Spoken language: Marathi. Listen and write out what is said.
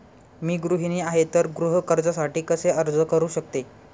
मी गृहिणी आहे तर गृह कर्जासाठी कसे अर्ज करू शकते?